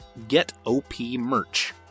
getOPmerch